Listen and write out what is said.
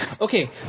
okay